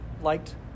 liked